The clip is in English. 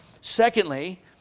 Secondly